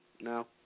No